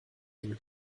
ihm